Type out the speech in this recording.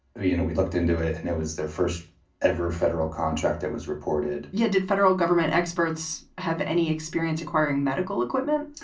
you know, we looked into it and it was their first ever federal contract that was reported yeah. did federal government experts have any experience acquiring medical equipment?